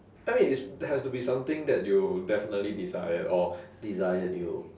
I mean it's has to be something that you definitely desire or desired you